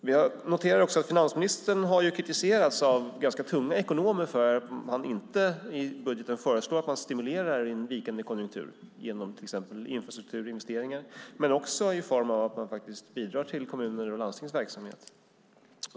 Vi noterar också att finansministern har kritiserats av tunga ekonomer för att han inte i budgeten föreslår en stimulans av en vikande konjunktur med hjälp av till exempel infrastrukturinvesteringar eller i form av bidrag till kommuners och landstings verksamhet.